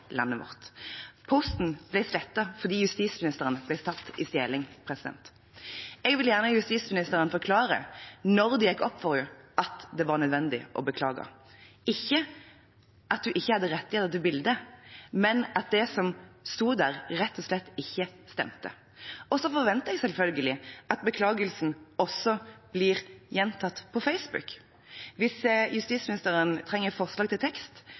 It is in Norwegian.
landet vårt. Posten ble slettet fordi justisministeren ble tatt i å stjele. Jeg vil gjerne høre justisministeren forklare når det gikk opp for henne at det var nødvendig å beklage, ikke at hun ikke hadde rettigheter til bildet, men at det som sto der, rett og slett ikke stemte. Så forventer jeg selvfølgelig at beklagelsen også blir gjentatt på Facebook. Hvis justisministeren trenger forslag til tekst,